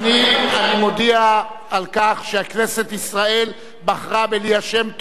אני מודיע על כך שכנסת ישראל בחרה בליה שמטוב